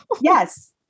Yes